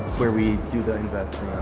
where we do the investing